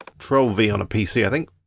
ctrl v on a pc i think.